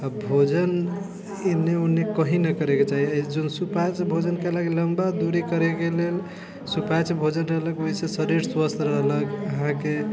आ भोजन एन्ने ओन्ने कहीं न करैके चाही सुपाच्य भोजन किया लकऽ लम्बा दूरी करैके लेल सुपाच्य भोजन रहलक ओहिसँ शरीर स्वस्थ रहलक अहाँके